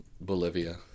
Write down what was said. Bolivia